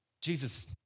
Jesus